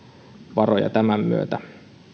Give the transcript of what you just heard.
varoja tämän myötä